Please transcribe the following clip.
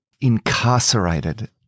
incarcerated